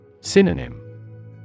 Synonym